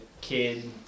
Kid